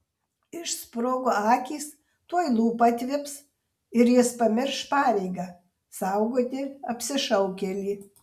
išsprogo akys tuoj lūpa atvips ir jis pamirš pareigą saugoti apsišaukėlį